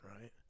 right